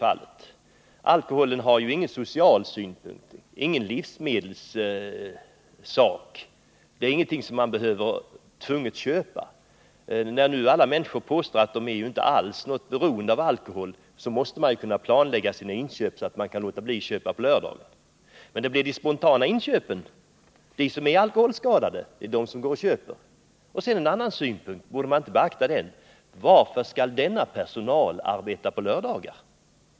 Alkohol är ingenting som man tvunget behöver köpa, det är inget livsmedel. När nu alla människor påstår att de inte alls är beroende av alkohol, måste de också kunna planlägga sina inköp så att de kan låta bli att handla på lördagar. Det är de som är alkoholskadade som går och köper då. Och så en annan synpunkt — borde man inte beakta den: Varför skall systemets personal arbeta på lördagar?